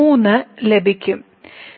ഇന്നത്തെ പ്രഭാഷണത്തിന് നന്ദി